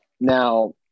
Now